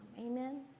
Amen